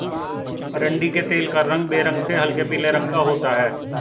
अरंडी के तेल का रंग बेरंग से हल्के पीले रंग का होता है